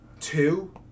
two